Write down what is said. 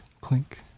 clink